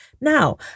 Now